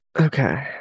Okay